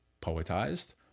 poetized